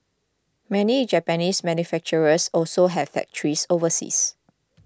many Japanese manufacturers also have factories overseas